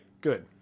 Good